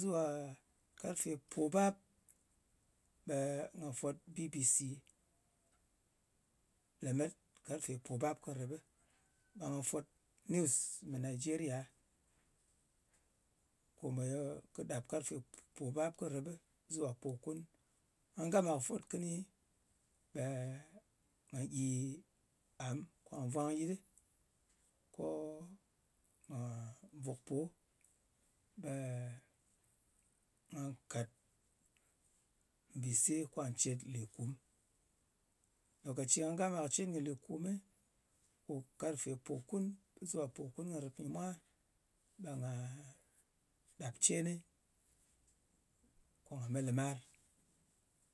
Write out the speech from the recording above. zuwa karfe pòbap, ɓe ngà fwòt lemet karfepobap kɨ rɨbɨ, ɓe nga fwot news mɨ nigeriya, kome kɨ ɗap karfe pobap kɨ nrɨp, zuwa pòkun. Nga gama fwot kɨni, ɓe nga gyi am, ko nga vwang yɨt, ko nga vùk po. Ɓe nga kàt mbise kwà cen lìtkum. Lokaci nga gama cen kɨ lìkumɨ, kò karfe pòkun zuwa pokun kɨ nrɨp nyɨ mwa, ɓe nga ɗap cenɨ ko nga me lɨmar.